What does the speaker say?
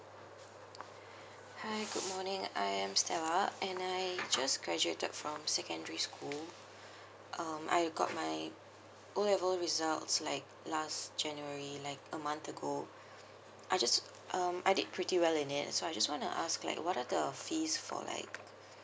hi good morning I am stella and I just graduated from secondary school um I got my O level results like last january like a month ago I just um I did pretty well in it so I just want to ask like what are the fees for like